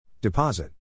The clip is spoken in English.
Deposit